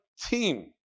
team